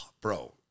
bro